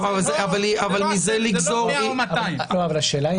זה לא 100 או 200. זאת לא השאלה.